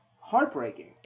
heartbreaking